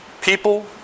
people